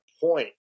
point